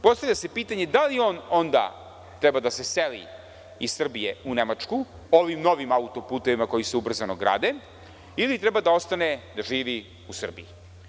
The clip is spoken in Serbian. Postavlja se pitanje da li on onda treba da se seli iz Srbije u Nemačku ovim novim auto-putevima koji se ubrzano grade ili treba da ostane da živi u Srbiji?